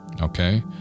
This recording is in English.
Okay